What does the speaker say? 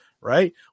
right